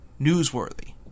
newsworthy